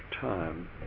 time